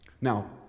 Now